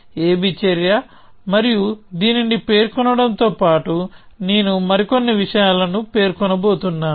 ab చర్య మరియు దీనిని పేర్కొనడంతో పాటు నేను మరికొన్ని విషయాలను పేర్కొనబోతున్నాను